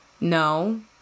No